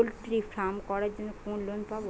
Poultry farm করার জন্য কোন লোন পাব?